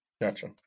Gotcha